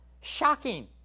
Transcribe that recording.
shocking